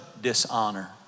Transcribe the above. dishonor